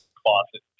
closet